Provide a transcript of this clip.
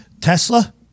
Tesla